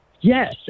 Yes